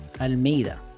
Almeida